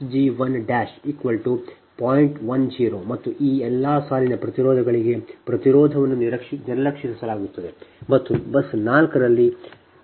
10 ಮತ್ತು ಈ ಎಲ್ಲಾ ಸಾಲಿನ ಪ್ರತಿರೋಧಗಳಿಗೆ ಪ್ರತಿರೋಧವನ್ನು ನಿರ್ಲಕ್ಷಿಸಲಾಗುತ್ತದೆ ಮತ್ತು ಬಸ್ 4 ರಲ್ಲಿ ಬಸ್ ದೋಷ ಸಂಭವಿಸಿದೆ